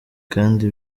kandi